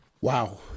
Wow